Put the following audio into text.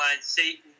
Satan